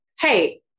hey